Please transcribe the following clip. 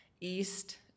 east